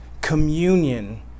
communion